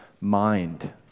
mind